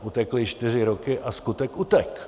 Utekly čtyři roky a skutek utek'.